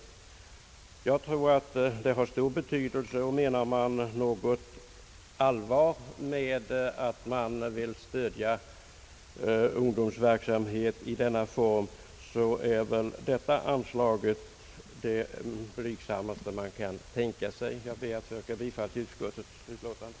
Jag tror att den har stor betydelse. Menar man allvar med att vilja stödja ungdomsverksamheten i denna form, är detta anslag det mest blygsamma man kan tänka sig. Jag ber att få yrka bifall till utskottets utlåtande.